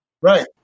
Right